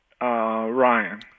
Ryan